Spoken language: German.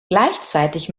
gleichzeitig